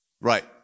Right